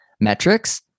metrics